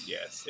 Yes